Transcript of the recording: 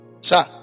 Sir